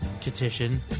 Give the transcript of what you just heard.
petition